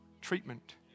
treatment